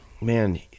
man